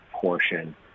portion